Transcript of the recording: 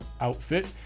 outfit